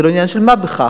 אז זה לא עניין של מה בכך.